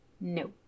No